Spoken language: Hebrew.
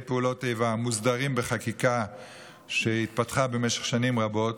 פעולות האיבה מוסדרים בחקיקה שהתפתחה במשך שנים רבות,